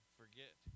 forget